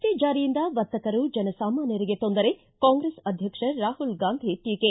T ಜಾರಿಯಿಂದ ವರ್ತಕರು ಜನ ಸಾಮಾನ್ಯರಿಗೆ ತೊಂದರೆ ಕಾಂಗ್ರೆಸ್ ಅಧ್ಯಕ್ಷ ರಾಹುಲ್ ಗಾಂಧಿ ಟೀಕೆ